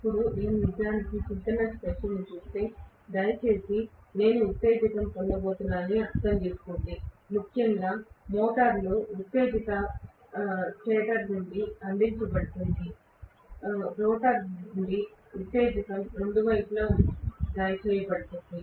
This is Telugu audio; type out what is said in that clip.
ఇప్పుడు నేను నిజానికి సింక్రోనస్ మెషీన్ను చూస్తే దయచేసి నేను ఉత్తేజితం పొందబోతున్నానని అర్థం చేసుకోండి ముఖ్యంగా మోటారులో ఉత్తేజిత స్టేటర్ నుండి అందించబడుతుంది రోటర్ నుండి ఉత్తేజితం రెండు వైపులా దయచేయబడుతుంది